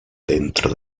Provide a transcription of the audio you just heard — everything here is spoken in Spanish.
dentro